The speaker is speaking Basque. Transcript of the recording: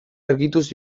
argituz